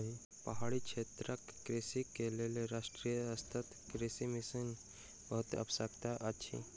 पहाड़ी क्षेत्रक कृषक के लेल राष्ट्रीय सतत कृषि मिशन बहुत आवश्यक अछि